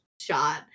shot